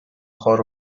خار